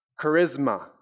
charisma